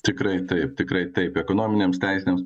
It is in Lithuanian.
tikrai taip tikrai taip ekonominėms teisėms